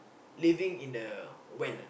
living in a well